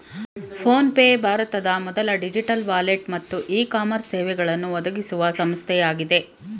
phone pay ಭಾರತದ ಮೊದಲ digital wallet ಮತ್ತು ಇ ಕಾಮರ್ಸ್ ಸೇವೆಗಳನ್ನು ಒದಗಿಸುವ ಸಂಸ್ಥೆಯಾಗಿದೆ